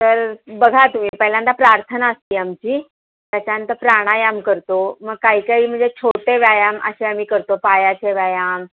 तर बघा तुम्ही पहिल्यांदा प्रार्थना असते आमची त्याच्यानंतर प्राणायाम करतो मग काही काही म्हणजे छोटे व्यायाम असे आम्ही करतो पायाचे व्यायाम